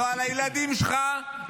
לא על הילדים שלך,